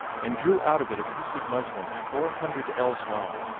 and drew out of it a piece of muslin four hundred ells long,